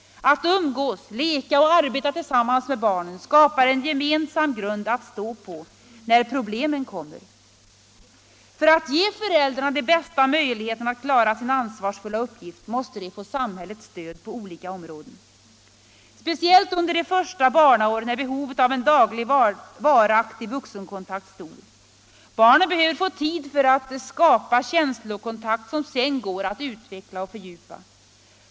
Att umgås, leka och arbeta tillsammans med barnen skapar en gemensam grund att stå på när problemen kommer. För att föräldrarna skall kunna ges de bästa möjligheterna att klara sin ansvarsfulla uppgift måste de få samhällets stöd på olika områden. Speciellt under de första barnaåren är behovet av en daglig varaktig vuxenkontakt stor. Barnen behöver få tid för att skapa känslokontakt som sedan går att utveckla och fördjupa.